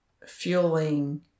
fueling